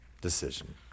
decision